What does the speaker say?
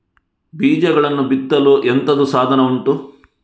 ಬೀಜಗಳನ್ನು ಬಿತ್ತಲು ಎಂತದು ಸಾಧನ ಉಂಟು?